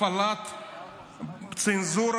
הפעלת צנזורה